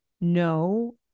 no